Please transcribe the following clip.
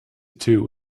two